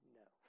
no